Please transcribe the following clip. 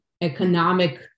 economic